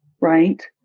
right